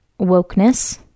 wokeness